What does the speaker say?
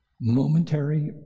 momentary